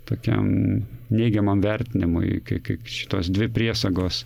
tokiam neigiamam vertinimui kai kaip šitos dvi priesagos